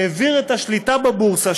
העביר את השליטה בבורסה,